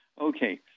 Okay